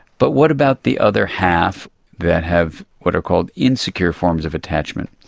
but what about the other half that have what are called insecure forms of attachment?